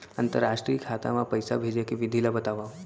अंतरराष्ट्रीय खाता मा पइसा भेजे के विधि ला बतावव?